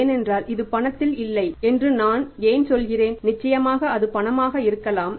ஏனென்றால் இது பணத்தில் இல்லை என்று நான் ஏன் சொல்கிறேன் நிச்சயமாக அது பணமாக இருக்கலாம்